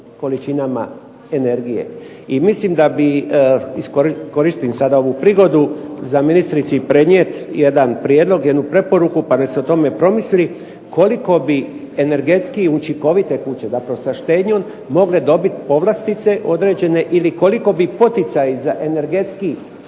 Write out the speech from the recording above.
količinama energije. I mislim da bi, koristim sada ovu prigodu za ministrici prenijeti jedan prijedlog, jednu preporuku, pa da se o tome promisli koliko bi energetskiji učinkovite kuće, zapravo sa štednjom mogle dobit povlastice određene ili koliko bi poticaji za energetskiji